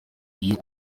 iyo